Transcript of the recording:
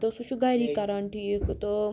تہٕ سُہ چھُ گَھرے کَران ٹھیٖک تہٕ